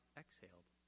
exhaled